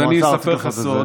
אז אני אספר לך סוד.